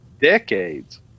decades